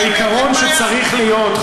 העיקרון שצריך להיות,